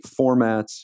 formats